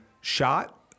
shot